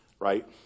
right